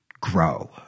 grow